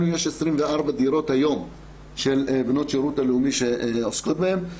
לנו יש 24 דירות היום של בנות שירות לאומי שעוסקות בהן.